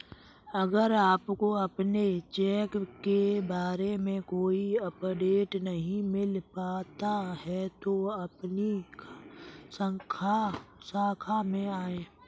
अगर आपको अपने चेक के बारे में कोई अपडेट नहीं मिल पाता है तो अपनी शाखा में आएं